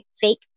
fake